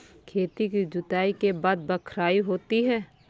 खेती की जुताई के बाद बख्राई होती हैं?